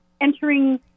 entering